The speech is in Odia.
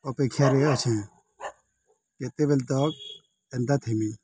ଅପେକ୍ଷାରେ ଅଛେ କେତେବେଲେ ତ ଏନ୍ତା ଥିମି